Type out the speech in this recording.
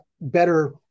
better